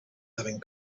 having